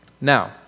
Now